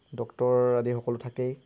doctor আদি সকলো থাকেই